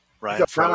Right